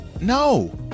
No